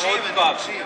אם אפשר עוד פעם.